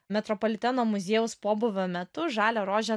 metropoliteno muziejaus pobūvio metu žalią rožę